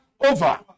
over